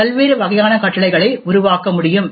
பல்வேறு வகையான கட்டளைகளை உருவாக்க முடியும்